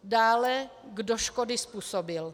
Dále kdo škody způsobil.